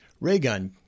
Raygun